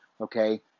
okay